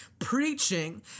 Preaching